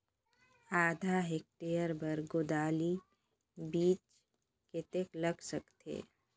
आधा हेक्टेयर बर गोंदली बीच कतेक लाग सकथे?